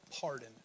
pardon